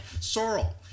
Sorrel